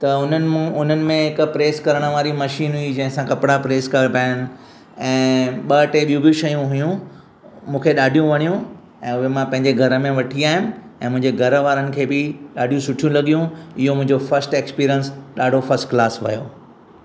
त हुननि मूं हुननि में हिक प्रेस करणु वारी मशीन हुई जंहिं सां कपिड़ा प्रेस करिबा आहिनि ऐं ॿ टे ॿियूं शयूं हुयूं मूंखे ॾाढियूं वणियूं ऐं उहे मां पंहिंजे घर में वठी आयुमि ऐं मुंहिंजे घर वारनि खे बि ॾाढी सुठियूं लॻियूं इहो मुंहिंजो फ़स्ट एक्सपिरिअंस ॾाढो फ़स्ट क्लास वियो